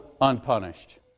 unpunished